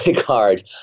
cards